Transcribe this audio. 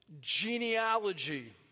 genealogy